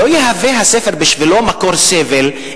לא יהווה הספר בשבילו מקור סבל,